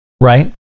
right